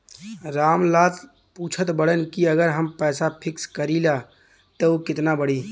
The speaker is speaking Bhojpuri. राम लाल पूछत बड़न की अगर हम पैसा फिक्स करीला त ऊ कितना बड़ी?